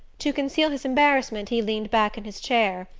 to conceal his embarrassment he leaned back in his chair,